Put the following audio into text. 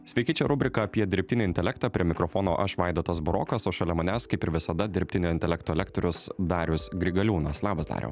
sveiki čia rubrika apie dirbtinį intelektą prie mikrofono aš vaidotas burokas o šalia manęs kaip ir visada dirbtinio intelekto lektorius darius grigaliūnas labas dariau